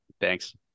Thanks